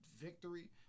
victory